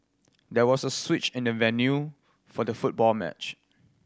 there was a switch in the venue for the football match